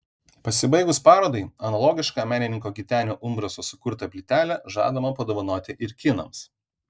pasibaigus parodai analogišką menininko gitenio umbraso sukurtą plytelę žadama padovanoti ir kinams